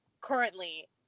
currently